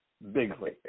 Bigly